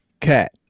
cat